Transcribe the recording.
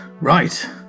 Right